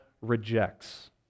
rejects